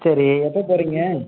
சரி எப்போ போகிறீங்க